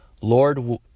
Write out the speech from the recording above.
Lord